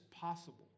possible